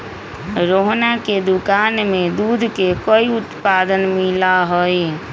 रोहना के दुकान में दूध के कई उत्पाद मिला हई